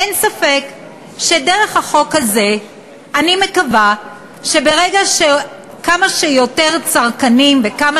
אין ספק שדרך החוק אני מקווה שכמה שיותר צרכנים וכמה